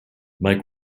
mike